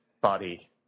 body